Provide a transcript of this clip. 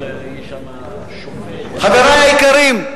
חברי היקרים,